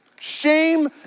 Shame